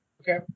okay